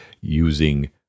using